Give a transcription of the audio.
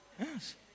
Yes